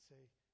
say